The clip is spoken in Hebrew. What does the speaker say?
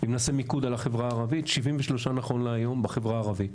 אם נעשה מיקוד על החברה הערבית - 73 נכון להיום בחברה הערבית.